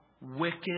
wicked